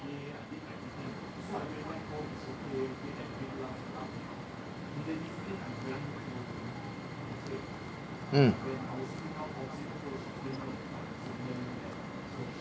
mm